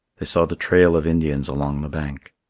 they saw the trail of indians along the bank.